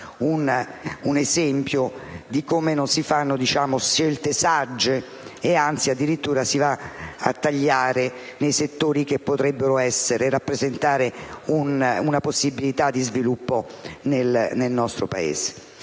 un esempio di come non si facciano scelte sagge e, anzi, addirittura di come si vada a tagliare nei settori che potrebbero rappresentare una possibilità di sviluppo nel nostro Paese.